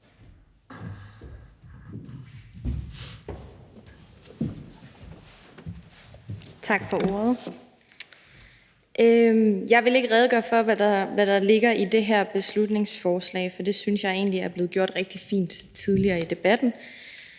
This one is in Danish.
Tak for ordet. Jeg vil ikke redegøre for, hvad der ligger i det her beslutningsforslag, for det synes jeg egentlig er blevet gjort rigtig fint tidligere i debatten.